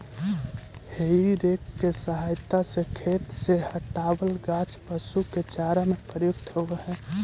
हेइ rake के सहायता से खेत से हँटावल गाछ पशु के चारा में प्रयुक्त होवऽ हई